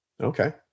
Okay